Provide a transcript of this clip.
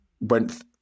went